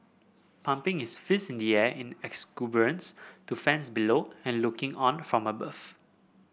pumping his fist in the air in exuberance to fans below and looking on from above